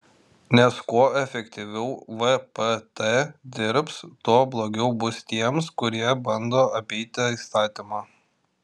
nes kuo efektyviau vpt dirbs tuo blogiau bus tiems kurie bando apeiti įstatymą